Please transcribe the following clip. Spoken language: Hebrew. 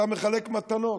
אתה מחלק מתנות.